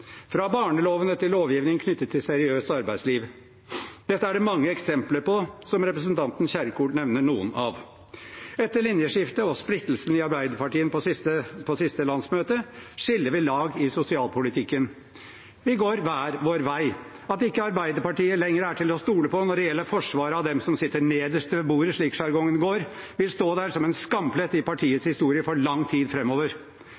fra barnelovene til lovgivning knyttet til seriøst arbeidsliv. Dette er det mange eksempler på, som representanten Kjerkol nevner noen av. Etter linjeskiftet – og splittelsen i Arbeiderpartiet på siste landsmøte – skiller vi lag i sosialpolitikken. Vi går hver vår vei. At ikke Arbeiderpartiet lenger er til å stole på når det gjelder forsvaret av «dem som sitter nederst ved bordet», slik sjargongen går, vil stå der som en skamplett i